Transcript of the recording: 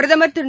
பிரதமா் திரு